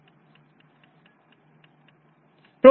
आप यहां सीक्वेंस का उपयोग कर सारगर्भित जानकारी प्राप्त कर सकते हैं